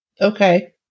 Okay